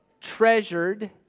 treasured